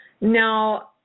Now